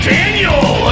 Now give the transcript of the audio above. Daniel